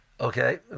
okay